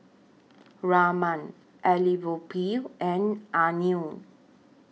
Raman Elattuvalapil and Anil